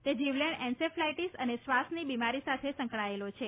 તે જીવલેણ એન્સેફલાઇટીસ અને શ્વાસની બિમારી સાથે સંકળાયેલો છે